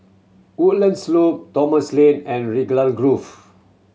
Woodlands Loop Thomson Lane and Raglan Grove